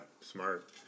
smart